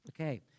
Okay